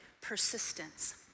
persistence